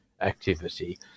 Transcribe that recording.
activity